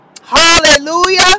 hallelujah